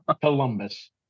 Columbus